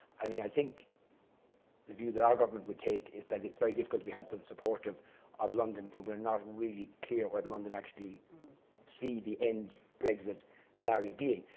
i mean, i think the view that our government would take is that it's very difficult to be helpful and supportive of london, when we're not really clear what london actually sees the end brexit scenario being.